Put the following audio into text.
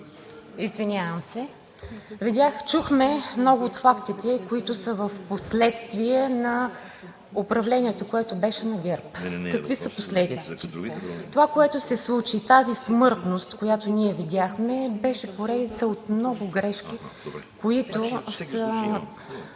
преждеговорящите. Чухме много от фактите, които са впоследствие на управлението, което беше на ГЕРБ. Какви са последиците? Това, което се случи, тази смъртност, която ние видяхме, беше поредица от много грешки, които са